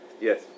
Yes